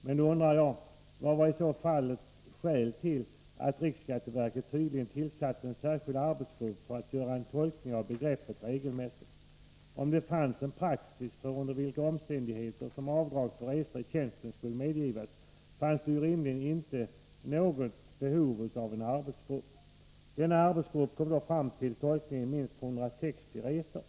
Men då undrar jag: Vilket var i så fall skälet till att RSV tillsatte en särskild arbetsgrupp för att göra en tolkning av begreppet ”regelmässigt”? Om det fanns en praxis för under vilka omständigheter avdrag för resor i tjänsten skulle medgivas, fanns det ju rimligen inte något behov av en arbetsgrupp. Arbetsgruppen kom fram till tolkningen att bil måste ha använts för minst 160 resor.